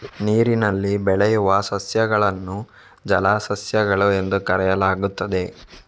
ನೀರಿನಲ್ಲಿ ಬೆಳೆಯುವ ಸಸ್ಯಗಳನ್ನು ಜಲಸಸ್ಯಗಳು ಎಂದು ಕರೆಯಲಾಗುತ್ತದೆ